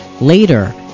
later